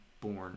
born